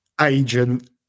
agent